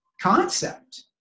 concept